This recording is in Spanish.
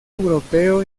europeo